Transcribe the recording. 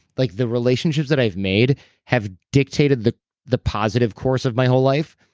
like the relationships that i've made have dictated the the positive course of my whole life.